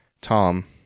Tom